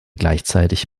gleichzeitig